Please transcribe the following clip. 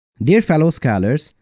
dear fellow scholars,